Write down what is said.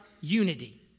unity